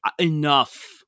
enough